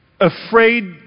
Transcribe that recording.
Afraid